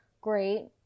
great